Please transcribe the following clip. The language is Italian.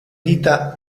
dita